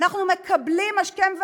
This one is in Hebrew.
אנחנו מקבלים השכם והערב,